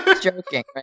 Joking